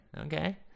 Okay